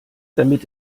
damit